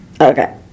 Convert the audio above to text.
Okay